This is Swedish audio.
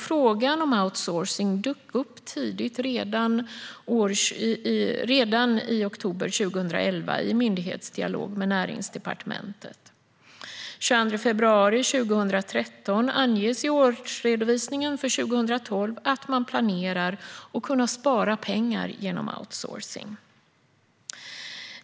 Frågan om outsourcing dök upp tidigt, redan i oktober 2011, i myndighetsdialog med Näringsdepartementet. Den 22 februari 2013 anges i årsredovisningen för 2012 att man planerar att kunna spara pengar genom outsourcing.